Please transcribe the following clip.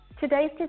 Today's